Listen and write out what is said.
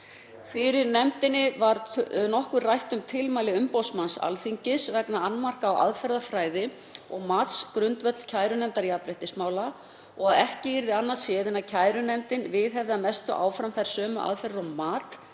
Fyrir nefndinni var nokkuð rætt um tilmæli umboðsmanns Alþingis vegna annmarka á aðferðafræði og matsgrundvelli kærunefndar jafnréttismála og að ekki yrði annað séð en kærunefndin viðhefði að mestu áfram sömu aðferðir og mat